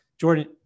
Jordan